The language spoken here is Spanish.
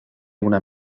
una